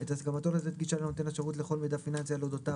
את הסכמתו לתת גישה לנותן השירות לכל מידע פיננסי על אודותיו